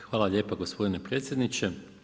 Hvala lijepa gospodine predsjedniče.